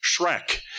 Shrek